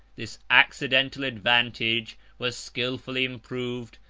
this accidental advantage was skilfully improved,